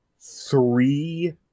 three